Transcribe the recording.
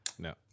No